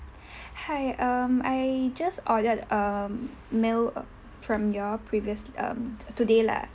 hi um I just ordered um meal from you all previous~ um today lah